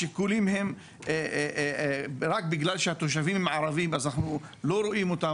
השיקולים הם רק בגלל שהתושבים הם ערבים ואז לא רואים אותם,